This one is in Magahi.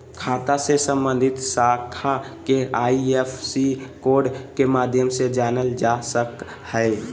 खाता से सम्बन्धित शाखा के आई.एफ.एस.सी कोड के माध्यम से जानल जा सक हइ